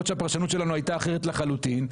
הפרשנות שלנו הייתה אחרת לחלוטין.